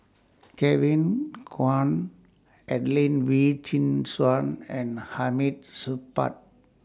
Kevin Kwan Adelene Wee Chin Suan and Hamid Supaat